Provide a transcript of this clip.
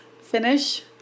finish